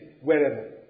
Wherever